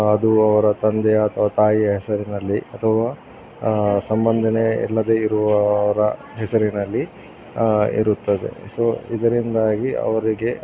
ಅದು ಅವರ ತಂದೆ ಅಥವಾ ತಾಯಿಯ ಹೆಸರಿನಲ್ಲಿಅಥವಾ ಸಂಬಂಧನೇ ಇಲ್ಲದೆ ಇರುವರ ಹೆಸರಿನಲ್ಲಿ ಇರುತ್ತದೆ ಸೊ ಇದರಿಂದಾಗಿ ಅವರಿಗೆ